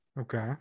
Okay